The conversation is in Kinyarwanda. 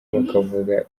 bakavuga